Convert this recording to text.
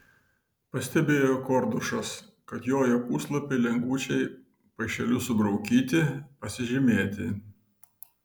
pastebėjo kordušas kad jojo puslapiai lengvučiai paišeliu subraukyti pasižymėti